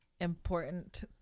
important